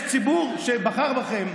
יש ציבור עולים שבחר בכם,